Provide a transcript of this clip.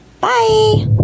Bye